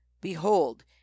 Behold